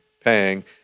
paying